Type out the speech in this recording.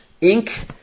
ink